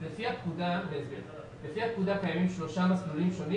לפי הפקודה קיימים שלושה מסלולים שונים